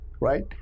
Right